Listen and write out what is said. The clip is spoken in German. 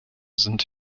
sind